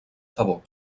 favor